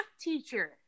teacher